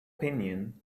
opinion